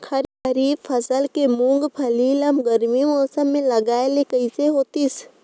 खरीफ फसल के मुंगफली ला गरमी मौसम मे लगाय ले कइसे होतिस?